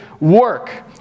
work